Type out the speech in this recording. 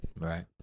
right